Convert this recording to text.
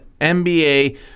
NBA